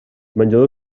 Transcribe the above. menjador